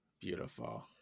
Beautiful